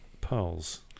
Pearls